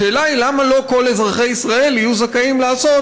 השאלה היא למה לא כל אזרחי ישראל יהיו זכאים לעשות